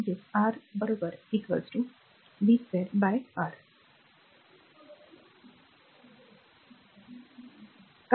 म्हणजेच ते R बरोबर v2 R आहे